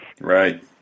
Right